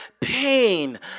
pain